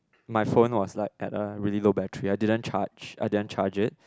my phone was like at a really low battery I didn't charge I didn't charge it